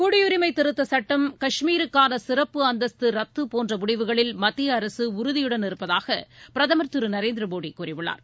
குடியரிமை திருத்தச் சுட்டம் காஷ்மீருக்கான சிறப்பு அந்தஸ்து ரத்து போன்ற முடிவுகளில் மத்திய அரசு உறுதியுடன் இருப்பதாக பிரதமர் திரு நரேந்திர மோடி கூறியுள்ளார்